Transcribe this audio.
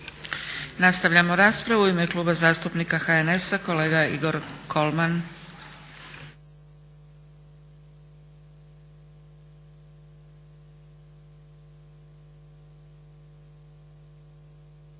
Nastavljamo raspravu. U ime Kluba zastupnika HNS-a kolega Igor Kolman.